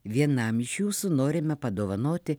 vienam iš jūsų norime padovanoti